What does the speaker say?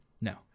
No